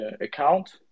account